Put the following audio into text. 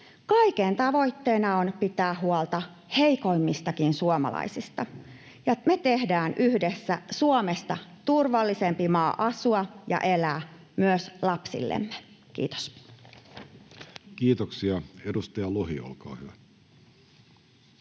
Kaiken tavoitteena on pitää huolta heikoimmistakin suomalaisista, ja me tehdään yhdessä Suomesta turvallisempi maa asua ja elää myös lapsillemme. — Kiitos. Kiitoksia. — Edustaja Lohi, olkaa hyvä.